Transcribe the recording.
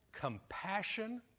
compassion